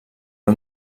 era